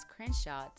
screenshot